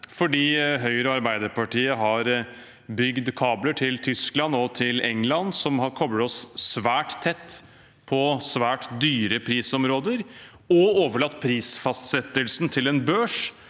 Høyre og Arbeiderpartiet har bygd kabler til Tyskland og England som har koblet oss svært tett på svært dyre prisområder og overlatt prisfastsettelsen til en børs